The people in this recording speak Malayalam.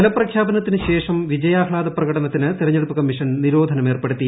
ഫലപ്രഖ്യാപനത്തിന് ശേഷം വിജയാഹ്ലാദ പ്രകടനത്തിന് തിരഞ്ഞെടുപ്പ് കമ്മീഷൻ നിരോധനം ഏർപ്പെടുത്തി